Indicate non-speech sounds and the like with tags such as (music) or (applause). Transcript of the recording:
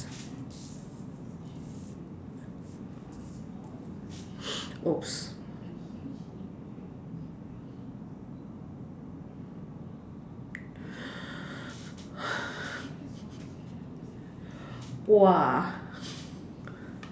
oh (breath) !wah!